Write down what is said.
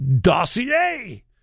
dossier